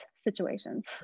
situations